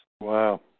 Wow